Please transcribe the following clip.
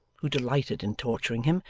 who delighted in torturing him,